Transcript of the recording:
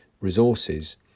resources